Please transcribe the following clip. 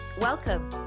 Welcome